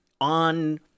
on